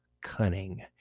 cunning